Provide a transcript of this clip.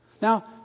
Now